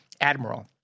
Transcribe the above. Admiral